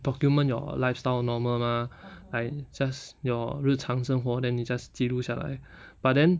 document your lifestyle normal mah like just your 日常生活 then you just 记录下来 but then